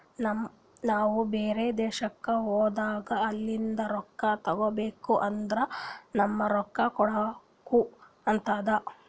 ನಾವು ಬ್ಯಾರೆ ದೇಶ್ಕ ಹೋದಾಗ ಅಲಿಂದ್ ರೊಕ್ಕಾ ತಗೋಬೇಕ್ ಅಂದುರ್ ನಮ್ದು ರೊಕ್ಕಾ ಕೊಡ್ಬೇಕು ಆತ್ತುದ್